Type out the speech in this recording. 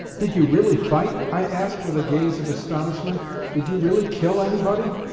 did you really fight? i asked with a gaze of astonishment did you really kill anybody?